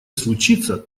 случится